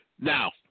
Now